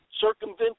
circumvent